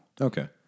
Okay